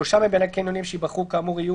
שלושה מבין הקניונים שייבחרו כאמור יהיו